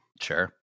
Sure